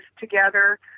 together